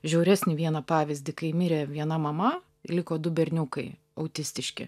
žiauresnį vieną pavyzdį kai mirė viena mama liko du berniukai autistiški